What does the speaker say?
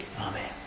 Amen